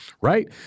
right